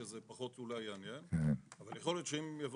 שזה אולי פחות יעניין אותן אבל יכול להיות שאם יבוא